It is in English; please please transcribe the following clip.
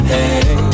Hey